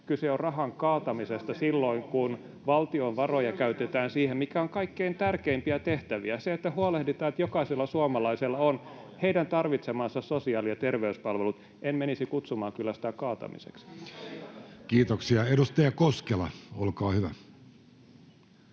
kyse on rahan kaatamisesta silloin, kun valtion varoja käytetään siihen, mikä on kaikkein tärkeimpiä tehtäviä, siihen, että huolehditaan, että jokaisella suomalaisella on heidän tarvitsemansa sosiaali- ja terveyspalvelut. En kyllä menisi kutsumaan sitä kaatamiseksi. Kiitoksia. — Edustaja Koskela, olkaa hyvä.